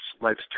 life's